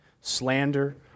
slander